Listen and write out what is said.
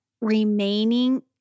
remaining